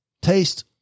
taste